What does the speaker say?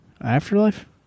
Afterlife